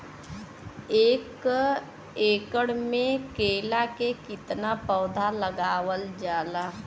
एक एकड़ में केला के कितना पौधा लगावल जाला?